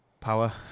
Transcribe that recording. Power